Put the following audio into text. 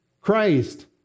Christ